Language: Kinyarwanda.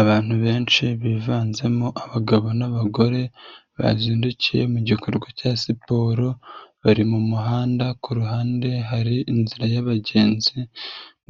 Abantu benshi bivanzemo abagabo n'abagore bazindukiye mu mugikorwa cya siporo bari mu muhanda ku ruhande hari inzira y'abagenzi